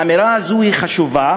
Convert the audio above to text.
האמירה הזו היא חשובה